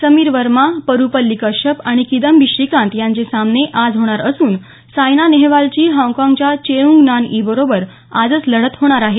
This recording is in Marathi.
समीर वर्मा परुपल्ली कश्यप आणि किदंबी श्रीकांत यांचे सामने आज होणार असून सायना नेहवालची हॉगकॉंगच्या चेऊंग नान ई बरोबर आजच लढत होणार आहे